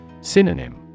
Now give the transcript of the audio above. Synonym